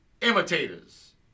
Imitators